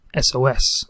SOS